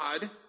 God